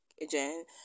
agent